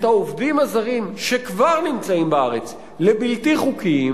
העובדים הזרים שכבר נמצאים בארץ לבלתי חוקיים.